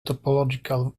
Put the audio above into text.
topological